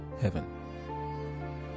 Heaven